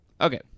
Okay